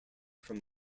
from